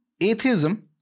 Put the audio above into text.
Atheism